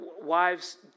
wives